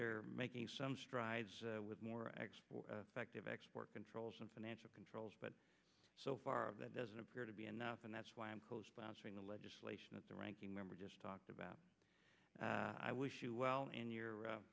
they're making some strides with more effective export controls and financial controls but so far that doesn't appear to be enough and that's why i'm co sponsoring the legislation that the ranking member just talked about i wish you well in your